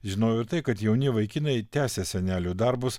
žinojau ir tai kad jauni vaikinai tęsia senelių darbus